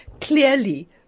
clearly